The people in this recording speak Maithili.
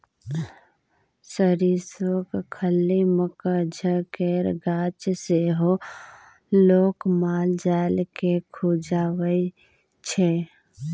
सरिसोक खल्ली, मकझ केर गाछ सेहो लोक माल जाल केँ खुआबै छै